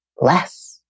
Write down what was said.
less